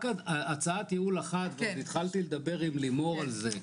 הצעת ייעול אחת, התחלתי לדבר עם לימור על זה.